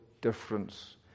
difference